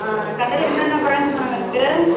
கடையில் என்னென்ன பழங்கம்மா இருக்கு